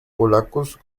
polacos